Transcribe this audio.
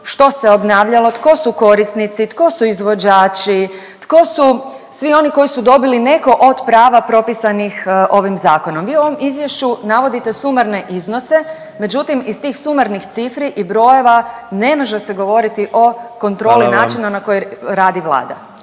što se obnavljalo, tko su korisnici, tko su izvođači, tko su svi oni koji su dobili neko od prava propisanih ovim zakonom. Vi u ovom izvješću navodite sumarne iznose, međutim iz tih sumarnih cifri i brojeva ne može se govoriti o … …/Upadica predsjednik: Hvala